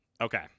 Okay